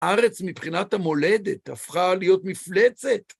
הארץ מבחינת המולדת הפכה להיות מפלצת.